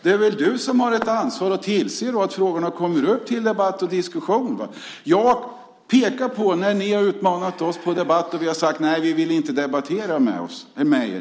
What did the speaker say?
Det är du som har ansvaret att se till att frågorna kommer upp till debatt och diskussion. Peka på när ni har utmanat oss till debatt och vi har sagt att vi inte vill debattera med er.